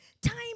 time